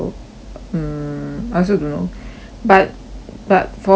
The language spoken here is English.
mm I also don't know but but for sure